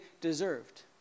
deserved